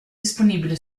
disponibile